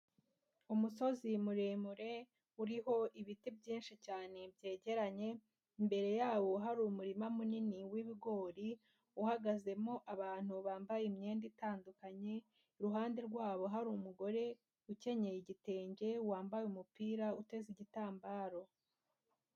Umusozi muremure uriho ibiti byinshi cyane byegeranye, imbere yawo hari umurima munini w'ibigori, uhagazemo abantu bambaye imyenda itandukanye, iruhande rwabo hari umugore ukenyeye igitenge wambaye umupira, uteze igitambaro.